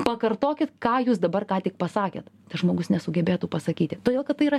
pakartokit ką jūs dabar ką tik pasakėt tas žmogus nesugebėtų pasakyti todėl kad tai yra